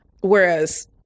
Whereas